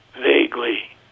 Vaguely